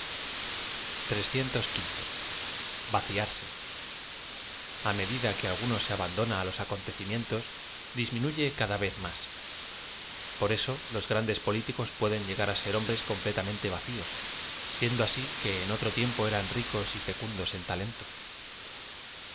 a medida que alguno se abandona á los acontecí mientes disminuye cada y e z más p o r eso los grandes políticos pneden lle g a r á ser hombres completamente yacios siendo así que en otro tiempo eran ricos y fe cuqdoa en talento